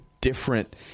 different